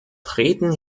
treten